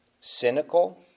cynical